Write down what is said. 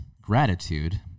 gratitude